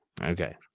Okay